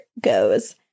goes